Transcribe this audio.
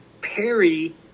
Perry